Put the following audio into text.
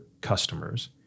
customers